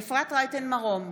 בהצבעה אפרת רייטן מרום,